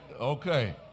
Okay